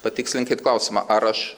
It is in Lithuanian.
patikslinkit klausimą ar aš